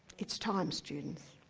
it's time, students.